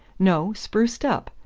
no. spruced up.